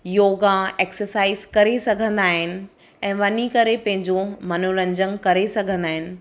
yoga exercise करे सघंदा आहिनि ऐं वञी करे पंहिंजो मनोरंजन करे सघंदा आहिनि